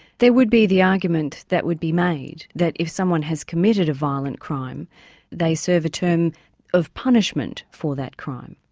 would be the argument that would be made that if someone has committed a violent crime they serve a term of punishment for that crime.